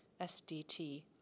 SDT